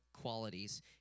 qualities